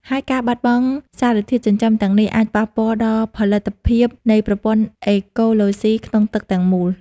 ហើយការបាត់បង់សារធាតុចិញ្ចឹមទាំងនេះអាចប៉ះពាល់ដល់ផលិតភាពនៃប្រព័ន្ធអេកូឡូស៊ីក្នុងទឹកទាំងមូល។